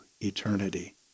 eternity